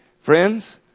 Friends